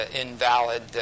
invalid